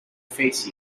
face